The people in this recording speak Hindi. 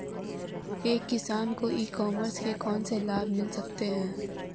एक किसान को ई कॉमर्स के कौनसे लाभ मिल सकते हैं?